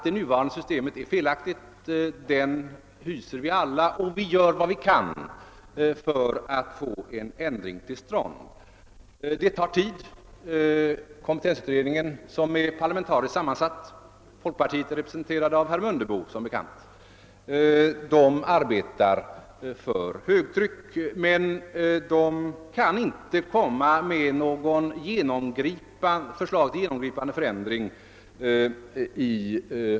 Vi är alla djupt bekymrade, inte bara herr Källstad. Vi gör vad vi kan för att få till stånd en ändring, men det tar tid. Den parlamentariskt sammansatta kompetensutredningen, där folkpartiet är representerat av herr Mundebo, arbetar för hög tryck, men den kan inte omgående lägga fram något förslag till genomgripande förändring.